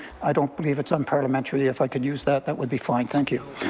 i don't believe it's unparliamentary if i could use that that would be fine. thank you.